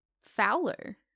Fowler